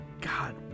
god